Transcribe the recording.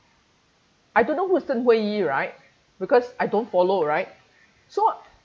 I don't know who's zheng hui yu right because I don't follow right so